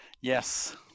Yes